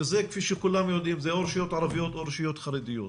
שכפי שכולם יודעים זה או רשויות ערביות או רשויות חרדיות,